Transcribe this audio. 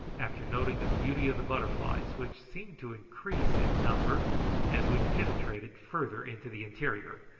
after noting the beauty of the butterflies, which seemed to increase in number as we penetrated farther into the interior,